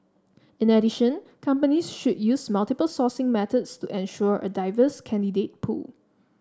in addition companies should use multiple sourcing methods to ensure a diverse candidate pool